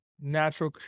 natural